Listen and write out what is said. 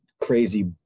crazy